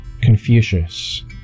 Confucius